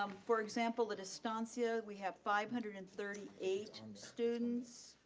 um for example, at estancia we have five hundred and thirty eight students.